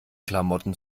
klamotten